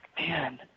Man